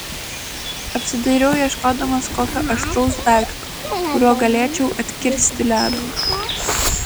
apsidairiau ieškodamas kokio aštraus daikto kuriuo galėčiau atkirsti ledo